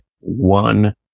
one